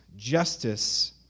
justice